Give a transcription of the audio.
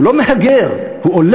הוא לא מהגר, הוא עולה.